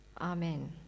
amen